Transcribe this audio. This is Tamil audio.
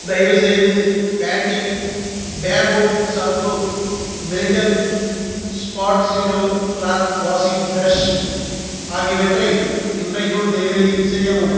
தயவுசெய்து Pantene bamboo shampoo Milton Spotzero cloth washing brush ஆகியவற்றை இன்றைக்குள் டெலிவரி செய்யவும்